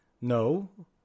No